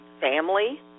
family